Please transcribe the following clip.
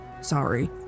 sorry